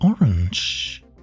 orange